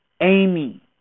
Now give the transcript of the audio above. Amy